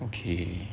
okay